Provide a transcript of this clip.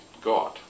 God